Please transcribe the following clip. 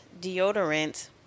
deodorant